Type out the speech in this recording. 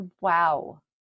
wow